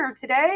today